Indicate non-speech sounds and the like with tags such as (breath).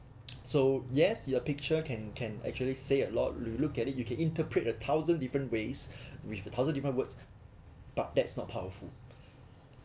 (noise) so yes a picture can can actually say a lot you look at it you can interpret a thousand different ways (breath) with a thousand different words but that's not powerful